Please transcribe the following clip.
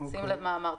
שים לב למה שאמרתי,